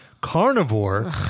Carnivore